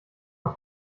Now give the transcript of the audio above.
mal